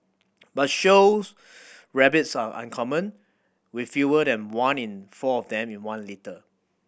but shows rabbits are uncommon with fewer than one in four of them in one litter